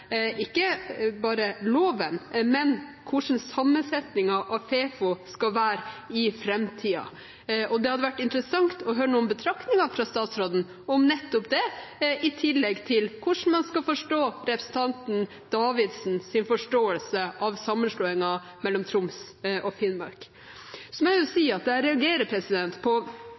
ikke bare loven, men hvordan sammensetningen av FeFo skal være i framtiden. Det hadde vært interessant å høre noen betraktninger fra statsråden om nettopp det, i tillegg til hvordan man skal tolke representanten Davidsens forståelse av sammenslåingen mellom Troms og Finnmark. Jeg reagerer på